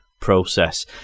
process